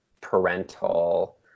parental